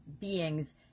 beings